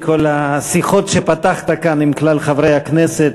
בכל השיחות שפתחת כאן עם כלל חברי הכנסת